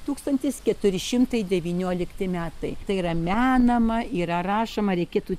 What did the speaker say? tūkstantis keturi šimtai devyniolikti metai tai yra menama yra rašoma reikėtų